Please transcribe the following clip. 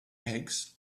eggs